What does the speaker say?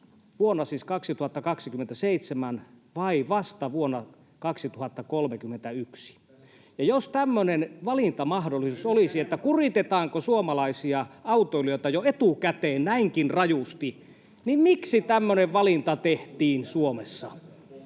vuonna 2027 vai vasta vuonna 2031. Ja jos tämmöinen valintamahdollisuus olisi, että kuritetaanko suomalaisia autoilijoita jo etukäteen näinkin rajusti, niin miksi tämmöinen valinta tehtiin Suomessa?